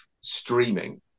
streaming